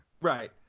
Right